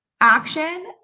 action